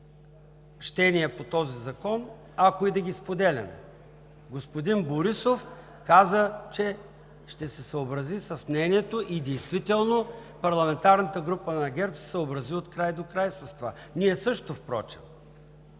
щения по този закон, ако и да ги споделяме. Господин Борисов каза, че ще се съобрази с мнението и действително парламентарната група на ГЕРБ се съобрази с това открай докрай – впрочем